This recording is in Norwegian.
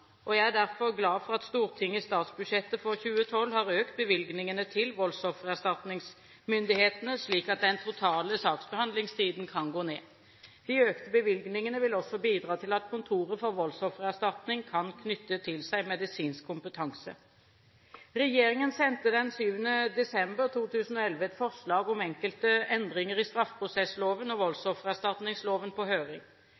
Jeg er derfor glad for at Stortinget i statsbudsjettet for 2012 har økt bevilgningene til voldsoffererstatningsmyndighetene, slik at den totale saksbehandlingstiden kan gå ned. De økte bevilgningene vil også bidra til at Kontoret for voldsoffererstatning kan knytte til seg medisinsk kompetanse. Regjeringen sendte den 7. desember 2011 et forslag om enkelte endringer i straffeprosessloven og